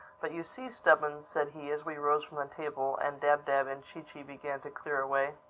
but you see, stubbins, said he as we rose from the table and dab-dab and chee-chee began to clear away,